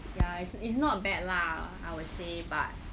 ya it it's not bad lah I would say but